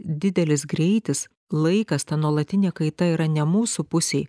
didelis greitis laikas ta nuolatinė kaita yra ne mūsų pusėj